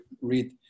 read